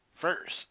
First